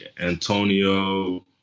Antonio